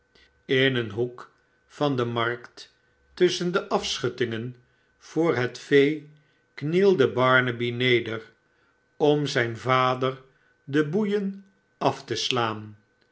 in een hoek van de markt tusschen de afschuttingen voor het vee knielde barnaby neder om zijn vader de boeien afteslaan telkens